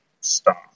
stop